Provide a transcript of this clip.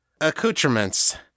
Accoutrements